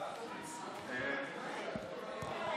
ההצעה להעביר את הצעת חוק הכניסה לישראל (תיקון,